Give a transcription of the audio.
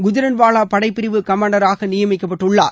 குஜ்ரன்வாலா படை பிரிவு கமாண்டராக நியமிக்கப்பட்டுள்ளார்